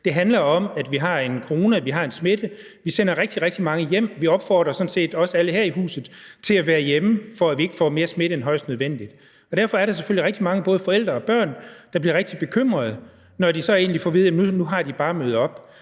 Det handler om, at vi har coronaen, at der en smitte, at vi sender rigtig, rigtig mange hjem, og vi opfordrer sådan set også alle her i huset til at være hjemme, for at vi ikke får mere smitte end højst nødvendigt. Derfor er der selvfølgelig rigtig mange forældre og børn, der bliver rigtig bekymrede, når de får at vide, at nu har de bare at møde op.